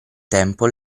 tempo